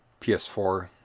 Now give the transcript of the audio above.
ps4